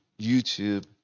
YouTube